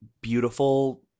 beautiful